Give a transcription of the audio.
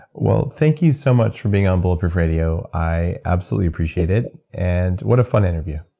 well, thank you so much for being on bulletproof radio. i absolutely appreciate it and what a fun interview.